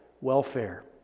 welfare